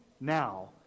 now